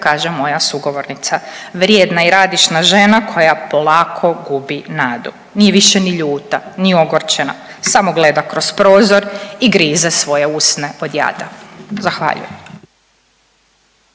kaže moja sugovornica. Vrijedna i radišna žena koja polako gubi nadu. Nije više ni ljuta, ni ogorčena, samo gleda kroz prozor i grize svoje usne od jada. Zahvaljujem.